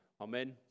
Amen